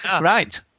Right